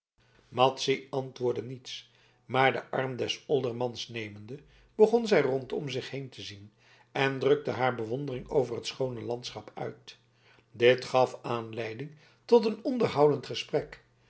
madzy antwoordde niets maar den arm des oldermans nemende begon zij rondom zich heen te zien en drukte haar bewondering over het schoone landschap uit dit gaf aanleiding tot een onderhoudend gesprek